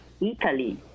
Italy